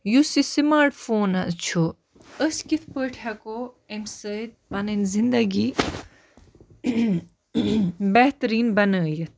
یُس یہِ smart phone حظ چھُ أسۍ کِتھ پٲٹھۍ ہٮ۪کو امہِ سۭتۍ پَنٕنۍ زِندگی بہتریٖن بَنٲیِتھ